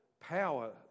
power